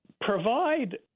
provide